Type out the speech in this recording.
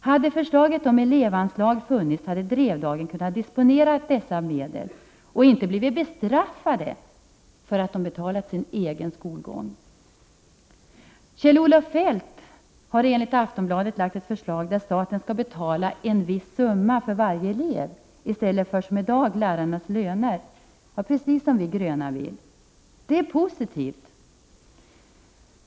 Hade förslaget om elevanslagen förverkligats, hade man i Drevdagen kunnat disponera dessa medel och inte blivit bestraffad för att ha betalat för sin egen skolgång. Kjell-Olof Feldt har enligt Aftonbladet lagt fram ett förslag som går ut på att staten skall betala en viss summa för varje elev i stället för som i dag lärarnas löner. Det är ju precis detta som vi gröna vill. Det är positivt.